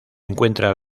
encuentra